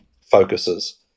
focuses